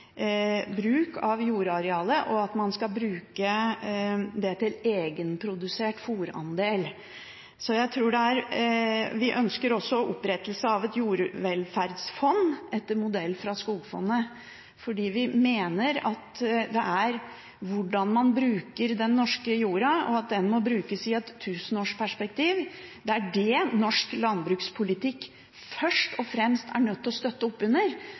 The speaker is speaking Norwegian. bruk av jordarealet, og at man skal bruke det til egenprodusert fôrandel. Vi ønsker også opprettelse av et jordvelferdsfond, etter modell fra Skogfondet. For vi mener at det er hvordan man bruker den norske jorda, og at den må brukes i et tusenårsperspektiv, som er det norsk landbrukspolitikk først og fremst er nødt til å støtte opp under,